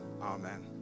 Amen